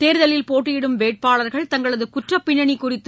தேர்தலில் போட்டியிடும் வேட்பாளர்கள் தங்களதுகுற்றப் பின்னணிகுறித்து